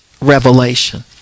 revelation